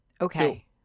Okay